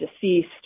deceased